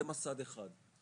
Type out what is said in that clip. זה מס"ד אחד,